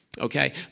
okay